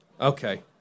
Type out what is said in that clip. Okay